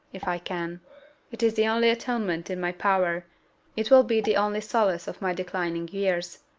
if i can it is the only atonement in my power it will be the only solace of my declining years.